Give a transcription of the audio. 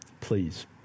please